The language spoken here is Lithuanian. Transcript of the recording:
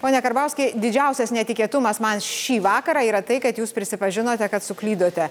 pone karbauski didžiausias netikėtumas man šį vakarą yra tai kad jūs prisipažinote kad suklydote